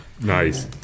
Nice